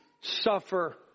suffer